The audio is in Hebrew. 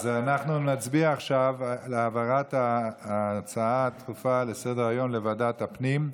אז אנחנו נצביע עכשיו על העברת ההצעה הדחופה לסדר-היום לוועדת הפנים,